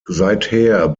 seither